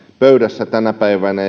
pöydässä tänä päivänä